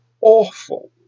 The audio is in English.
awful